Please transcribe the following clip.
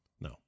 No